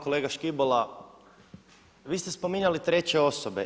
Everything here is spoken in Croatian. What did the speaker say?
Kolega Škibola, vi ste spominjali treće osobe.